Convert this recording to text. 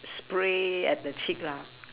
spray at the chick lah